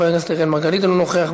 חברת הכנסת תמר זנדברג, אינה נוכחת,